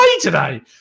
today